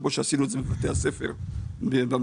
כמו שעשינו בבתי הספר במוכשר,